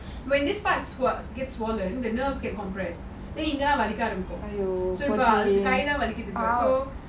when this parts get swollen the nerves get compressed then இங்கலாம் வலிக்க ஆரம்பிக்கும் இப்போ அவளுக்கு கைலாம் வலிக்க ஆரம்பிக்கிது:ingalam valika aarambikum ipo avaluku kailam valika aarambikithu so